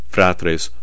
Fratres